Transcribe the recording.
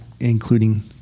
Including